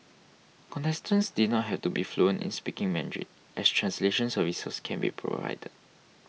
contestants did not have to be fluent in speaking Mandarin as translation services can be provided